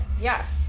Yes